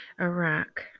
Iraq